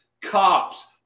cops